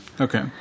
Okay